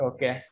Okay